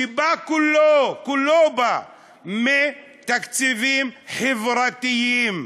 שבא כולו, כולו בא, מתקציבים חברתיים: